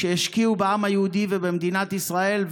שהשקיעו בעם היהודי ובמדינת ישראל,